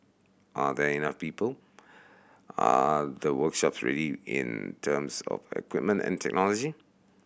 are there enough people are the workshops ready in terms of a equipment and technology